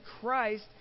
Christ